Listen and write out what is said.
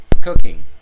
cooking